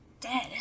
Dead